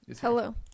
Hello